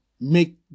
make